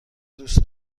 دوست